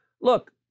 look